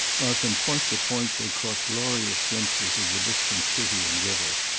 while from point to point they caught glorious glimpses of the distant city and river.